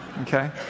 okay